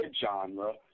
genre